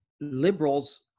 liberals